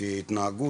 לפי התנהגות,